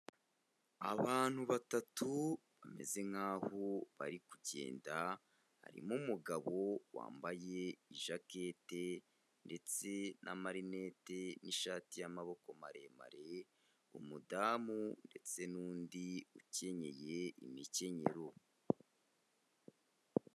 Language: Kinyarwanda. Abantu batatu bameze nkaho bari kugenda, harimo umugabo wambaye ijakete ndetse n'amarineti n'ishati y'amaboko maremare, umudamu ndetse n'undi ukenyeye imikenyero.